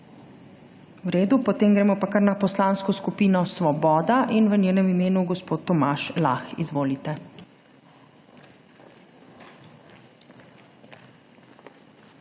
V redu. Potem gremo pa kar na Poslansko skupino Svoboda in v njenem imenu ima besedo gospod Tomaž Lah. Izvolite.